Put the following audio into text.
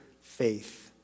faith